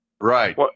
right